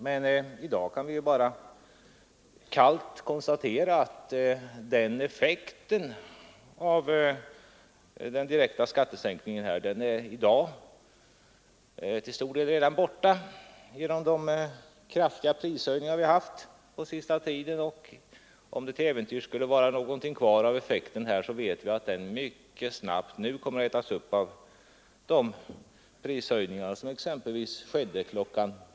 Men i dag kan vi bara kallt konstatera att effekten av den direkta skattesänkningen redan är borta till stor del genom de kraftiga prishöjningar vi har haft på senaste tiden. Och om det till äventyrs skulle vara någonting kvar av effekten, så vet vi att den mycket snabbt kommer att ätas upp av exempelvis de prishöjningar som skedde kl.